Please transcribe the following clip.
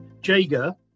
Jager